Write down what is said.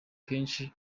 kenshi